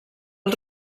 als